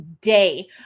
day